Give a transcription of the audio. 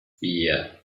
vier